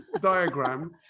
diagram